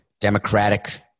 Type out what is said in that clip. Democratic